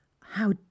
How